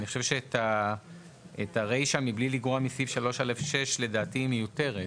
אני חושב שהרישה "מבלי לגרוע מסעיף 3(א)(6)" היא מיותרת.